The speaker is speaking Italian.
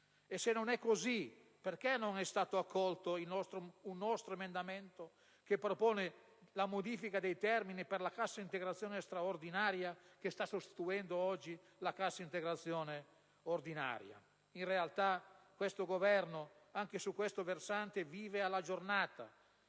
mi chiedo perché non è stato accolto un nostro emendamento che propone la modifica dei termini per la cassa integrazione straordinaria, che oggi sta sostituendo quella ordinaria. In realtà questo Governo anche su questo versante vive alla giornata